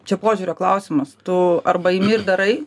čia požiūrio klausimas tu arba imi ir darai